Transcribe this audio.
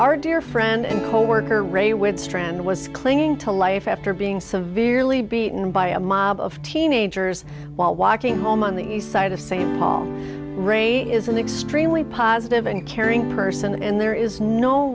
our dear friend and coworker ray witts trend was clinging to life after being severely beaten by a mob of teenagers while walking home on the east side the same rape is an extremely positive and caring person and there is no